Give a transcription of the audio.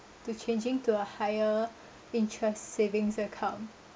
to changing to a higher interest savings account